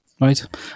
right